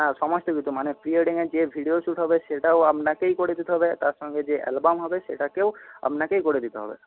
হ্যাঁ সমস্ত কিছু মানে প্রি ওয়েডিংয়ের যে ভিডিও শ্যুট হবে সেটাও আপনাকেই করে দিতে হবে তার সঙ্গে যে অ্যালবাম হবে সেটাকেও আপনাকেই করে দিতে হবে